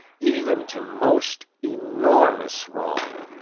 even to most enormous wrong